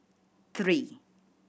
three